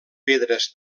pedres